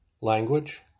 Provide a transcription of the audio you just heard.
language